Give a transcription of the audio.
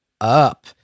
up